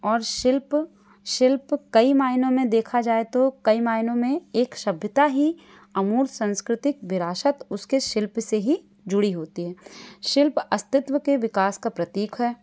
और शिल्प शिल्प कई माइनों में देखा जाए तो कई माइनों में एक सभ्यता ही अमूल सांस्कृतिक विरासत उसके शिल्प से ही जुड़ी होती है शिल्प अस्तित्व के विकास का प्रतीक है